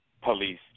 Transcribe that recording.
police